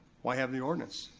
why have the ordinance?